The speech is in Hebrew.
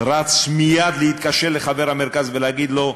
רץ מייד להתקשר לחבר המרכז ולהגיד לו: